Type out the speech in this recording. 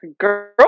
Girl